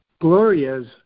Gloria's